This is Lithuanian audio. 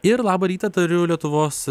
ir labą rytą tariu lietuvos